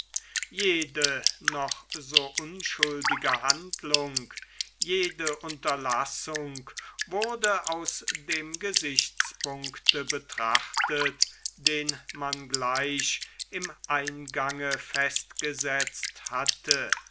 jede noch so unschuldige handlung jede unterlassung wurde aus dem gesichtspunkte betrachte den man gleich im eingange festgesetzt hatte